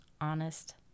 honest